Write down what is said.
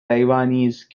taiwanese